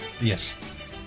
Yes